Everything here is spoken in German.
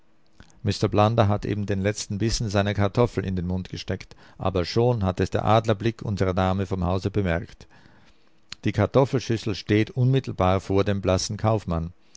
blunder hat eben den letzten bissen seiner kartoffel in den mund gesteckt aber schon hat es der adler blick unserer dame vom hause bemerkt die kartoffelschüssel steht unmittelbar vor dem blassen kaufmann